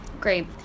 Great